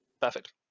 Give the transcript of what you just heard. Perfect